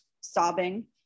sobbing